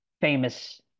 famous